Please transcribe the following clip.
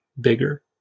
bigger